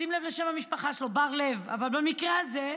שים לב לשם המשפחה שלו, בר לב, אבל במקרה הזה,